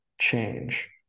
change